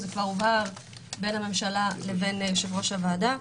זה הובהר בין הממשלה ליושב-ראש הוועדה.